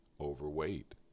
overweight